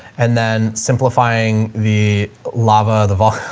and then simplifying the lava, the vault,